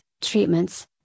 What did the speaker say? treatments